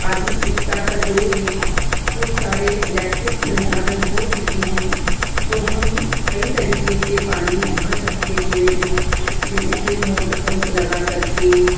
आधुनिकता का दौर है बहुत सारे इलेक्ट्रिक संसाधन हो चुके हैं तो हम कई तरीके से पानी भर सकते कुएं से जैसे के मोटर पम्प लगाकर के